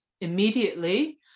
immediately